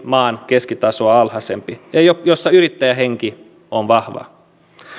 maan keskitasoa alhaisempi ja missä yrittäjähenki on vahva